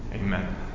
Amen